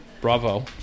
Bravo